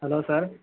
hello sir